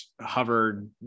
hovered